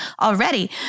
already